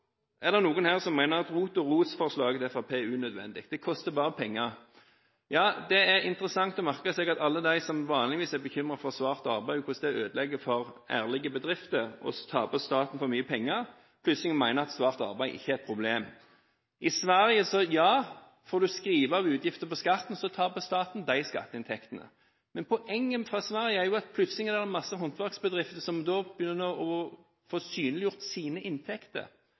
ikke har noen effekt. Noen her mener at ROT- og ROS-forslaget til Fremskrittspartiet er unødvendig – det koster bare penger. Det er interessant å merke seg at alle de som vanligvis er bekymret for svart arbeid, for hvordan det ødelegger for ærlige bedrifter og tapper staten for mye penger, plutselig mener at svart arbeid ikke er et problem. I Sverige får en skrive av utgifter på skatten, og så taper staten de skatteinntektene, men poenget fra Sverige er at det plutselig er mange håndverksbedrifter som begynner å få synliggjort sine inntekter.